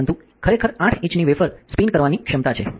પરંતુ ખરેખર 8 ઇંચની વેફર સ્પિન કરવાની ક્ષમતા છે